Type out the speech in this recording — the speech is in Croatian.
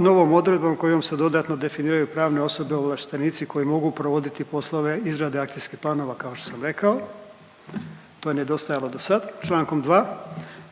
novom odredbom kojom se dodatno definiraju pravne osobe ovlaštenici koji mogu provoditi poslove izrade akcijskih planova kao što sam rekao. To je nedostajalo do sad. Čl. 2